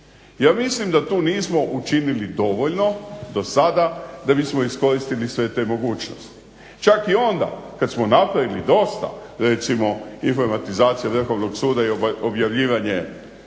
Ja mislim da tu nismo učinili dovoljno dosada da bismo iskoristili sve te mogućnosti. Čak i onda kad smo napravili dosta recimo informatizacija Vrhovnog suda i objavljivanje